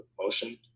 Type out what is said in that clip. motion